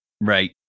right